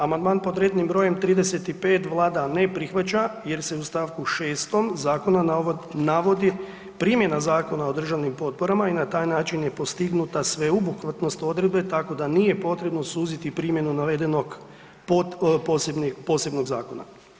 Amandman pod rednim br. 35 Vlada ne prihvaća jer se u st. 6 zakona navodi primjena zakona o državnim potporama i na taj način je postignuta sveobuhvatnost odredbe tako da nije potrebno suziti primjenu navedenog posebnog zakona.